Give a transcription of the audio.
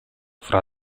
fra